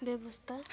ᱵᱮᱵᱚᱥᱛᱟ